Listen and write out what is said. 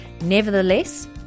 Nevertheless